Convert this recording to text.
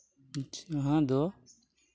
ᱡᱟᱦᱟᱸ ᱫᱚ